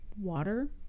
water